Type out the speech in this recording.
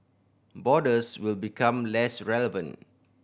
borders will become less relevant